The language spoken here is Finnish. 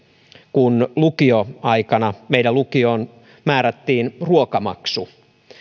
kun lukioaikana meidän lukioomme määrättiin ruokamaksu